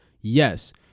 Yes